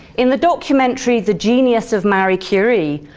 in the documentary, the genius of marie curie,